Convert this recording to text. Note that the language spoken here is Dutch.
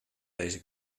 deze